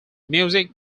music